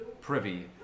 privy